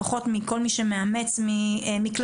לפחות מכל מי שמאמץ ממקלטים,